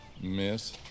miss